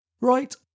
Right